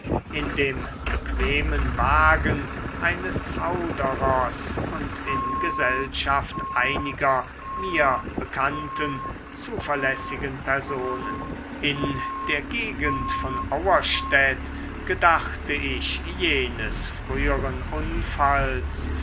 in dem bequemen wagen eines hauderers und in gesellschaft einiger mir bekannten zuverlässigen personen in der gegend von auerstädt gedachte ich jenes früheren unfalls